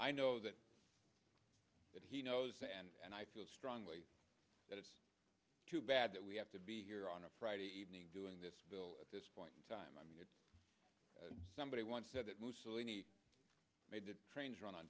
i know that that he knows and i feel strongly that it's too bad that we have to be here on a friday evening doing this bill at this point in time i mean somebody once said that mussolini made the trains run on